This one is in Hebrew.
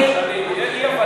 סליחה, אבל זו אי-הבנה.